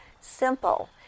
simple